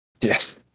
Yes